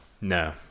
No